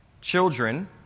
Children